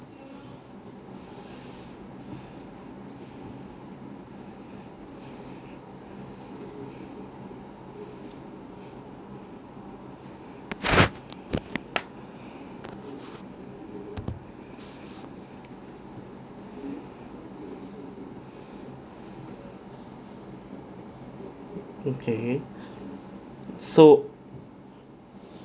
okay so